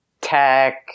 tech